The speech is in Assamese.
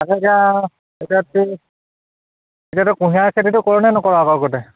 তাকে এতিয়া এতিয়া তোৰ এতিয়া তই কুঁহিয়াৰ খেতিটো কৰ নে নকৰ আগৰ গতে